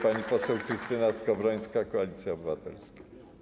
Pani poseł Krystyna Skowrońska, Koalicja Obywatelska.